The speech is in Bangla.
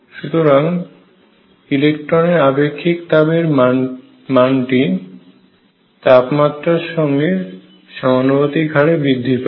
সুতরাং ইলেকট্রনের আপেক্ষিক তাপের মানটি তাপমাত্রার সঙ্গে সমানুপাতিক হারে বৃদ্ধি পায়